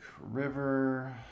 River